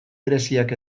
bereziak